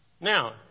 Now